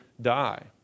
die